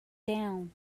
down